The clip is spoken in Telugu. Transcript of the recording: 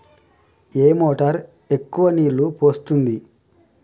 ఏ మోటార్ ఎక్కువ నీళ్లు పోస్తుంది?